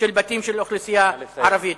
של בתים של אוכלוסייה ערבית.